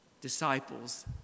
Disciples